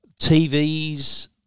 TVs